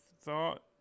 thought